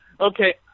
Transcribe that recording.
Okay